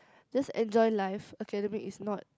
just enjoy life academic is not